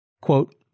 Quote